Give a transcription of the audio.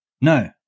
no